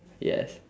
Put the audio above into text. yes